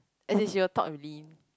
as in she will talk with lin